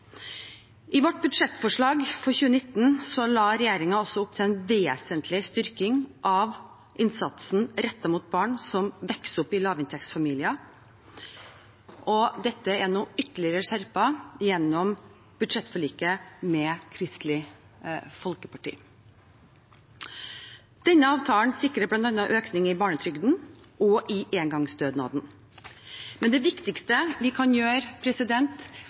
i SFO. I vårt budsjettforslag for 2019 la regjeringen opp til en vesentlig styrking av innsatsen rettet mot barn som vokser opp i lavinntektsfamilier, og dette er nå ytterligere skjerpet gjennom budsjettforliket med Kristelig Folkeparti. Denne avtalen sikrer bl.a. økning i barnetrygden og i engangsstønaden. Men det viktigste vi kan gjøre,